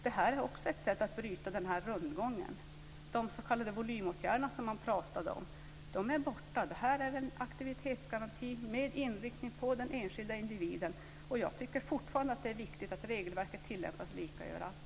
Detta är också ett sätt att bryta rundgången. De s.k. volymåtgärderna som man pratade om är borta. Detta är en aktivitetsgaranti med inriktning på den enskilda individen. Jag tycker fortfarande att det är viktigt att regelverket tillämpas lika överallt.